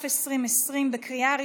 נתקבלה.